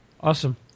Awesome